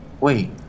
wait